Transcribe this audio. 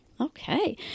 okay